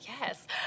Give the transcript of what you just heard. Yes